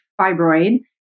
fibroid